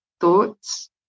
Thoughts